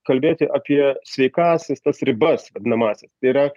kalbėti apie sveikąsias tas ribas vadinamąsias tai yra